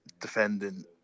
defending